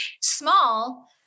small